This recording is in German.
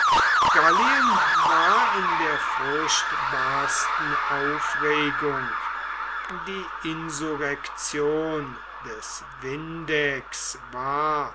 gallien war in der furchtbarsten aufregung die insurrektion des vindex war